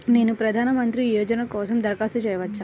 నేను ప్రధాన మంత్రి యోజన కోసం దరఖాస్తు చేయవచ్చా?